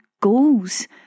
goals